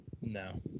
No